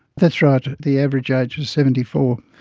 that's right, the average age was seventy four.